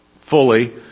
fully